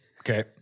Okay